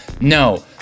No